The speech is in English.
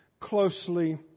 closely